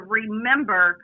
remember